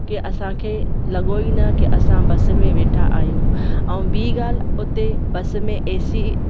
की असांखे लॻो ई न की असां बस में वेठा आहियूं ऐं ॿी ॻाल्हि उते बस में एसी